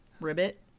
Ribbit